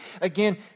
Again